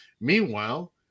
Meanwhile